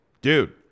Dude